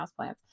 houseplants